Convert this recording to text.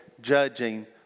judging